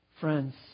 Friends